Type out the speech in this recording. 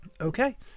Okay